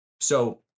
So-